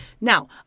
Now